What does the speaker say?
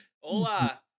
Hola